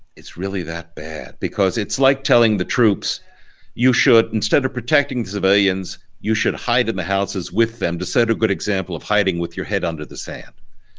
it's really that bad because it's like telling the troops you should instead of protecting civilians you should hide in the houses with them to set a good example of hiding with your head under the sand.